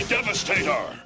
Devastator